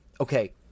Okay